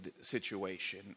situation